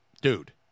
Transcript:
Dude